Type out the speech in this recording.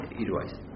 otherwise